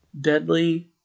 deadly